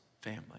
family